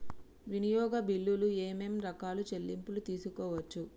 వినియోగ బిల్లులు ఏమేం రకాల చెల్లింపులు తీసుకోవచ్చు?